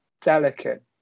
delicate